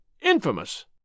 Infamous